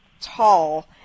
tall